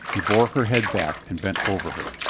he bore her head back and bent over her.